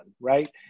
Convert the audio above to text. right